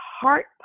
heart